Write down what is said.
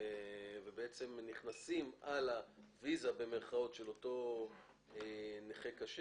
ובעצם נכנסים על ה"ויזה" של אותו נכה קשה